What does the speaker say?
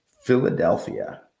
Philadelphia